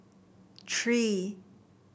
three